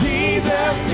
Jesus